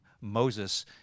moses